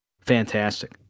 fantastic